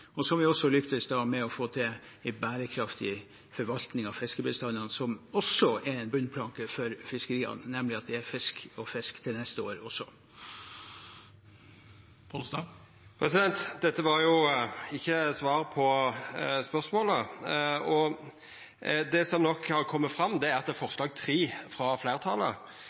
Vi har også lyktes med å få til en bærekraftig forvaltning av fiskebestandene, noe som også er en bunnplanke for fiskeriene, nemlig at det er fisk å fiske til neste år også. Dette var jo ikkje svar på spørsmålet. Det som nok har kome fram, er at